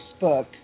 Facebook